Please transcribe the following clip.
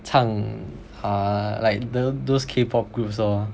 唱 err like the those K POP groups lor